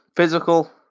Physical